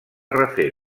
refer